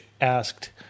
asked